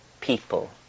people